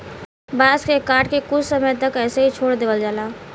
बांस के काट के कुछ समय तक ऐसे ही छोड़ देवल जाला